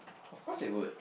of course you would